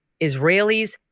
Israelis